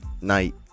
night